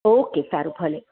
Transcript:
okay સારું ભલે